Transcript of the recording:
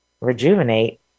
rejuvenate